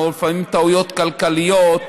לפעמים טעויות כלכליות,